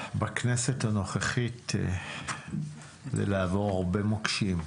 בכנסת הנוכחית זה לעבור הרבה מוקשים,